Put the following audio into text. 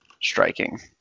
striking